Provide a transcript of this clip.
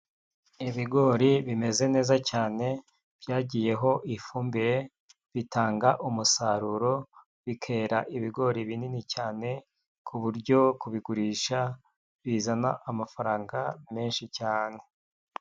Ibigori bimeze neza cyane byagiyeho ifumbire bitanga umusaruro, bikera ibigori binini cyane, ku buryo kubigurisha bizana amafaranga menshi cyane.